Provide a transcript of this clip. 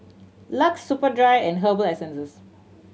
LUX Superdry and Herbal Essences